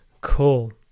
cool